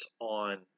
on